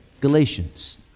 Galatians